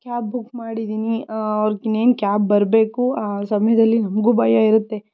cab book ಮಾಡಿದ್ದೀನಿ ಅವರಿಗೆ ಇನ್ನೇನು ಕ್ಯಾಬ್ ಬರಬೇಕು ಆ ಸಮಯದಲ್ಲಿ ನಮಗೂ ಭಯ ಇರುತ್ತೆ